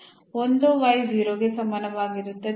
ಒಂದೋ y 0 ಗೆ ಸಮಾನವಾಗಿರುತ್ತದೆ